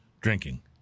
drinking